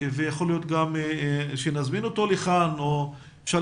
ויכול להיות שנזמין אותו לכאן או אפשר